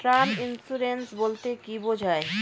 Term insurance বলতে কী বোঝায়?